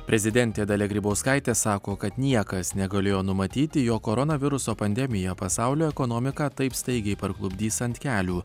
prezidentė dalia grybauskaitė sako kad niekas negalėjo numatyti jog koronaviruso pandemija pasaulio ekonomiką taip staigiai parklupdys ant kelių